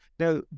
Now